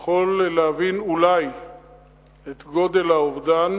יכול להבין אולי את גודל האובדן.